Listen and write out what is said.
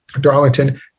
darlington